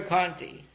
Conti